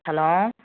hello